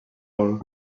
hall